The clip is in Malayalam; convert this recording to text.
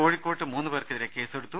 ദേദ കോഴിക്കോട്ട് മൂന്നുപേർക്കെതിരെ കേസെടുത്തു